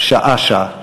שעה-שעה.